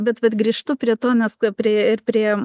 bet vat grįžtu prie to nes pri ir priėjom